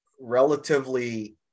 relatively